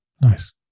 Nice